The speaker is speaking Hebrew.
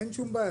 אין שום בעיה,